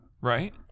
right